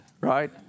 right